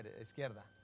izquierda